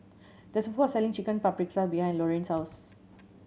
there is a food court selling Chicken Paprikas behind Loriann's house